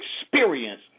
experience